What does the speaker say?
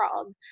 world